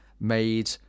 made